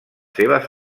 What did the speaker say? seves